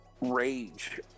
rage